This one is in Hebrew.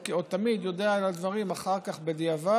או תמיד, אני יודע על הדברים אחר כך, בדיעבד,